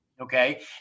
Okay